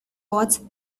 was